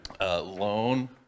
loan